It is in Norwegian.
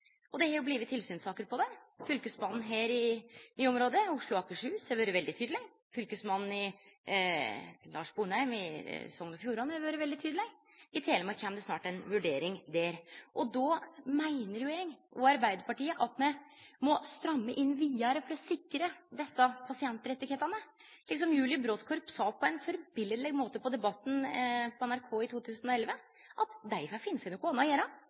Det har blitt tilsynssaker på det. Fylkesmannen her i området, i Oslo og Akershus, har vore veldig tydeleg. Fylkesmann Lars Sponheim i Hordaland har vore veldig tydeleg. I Telemark kjem det snart ei vurdering. Då meiner eg og Arbeidarpartiet at me må stramme inn vidare for å sikre desse pasientrettane. Som Julie Brodtkorb sa på ein førebiletleg måte i Debatten på NRK i 2011, får dei finne seg noko anna å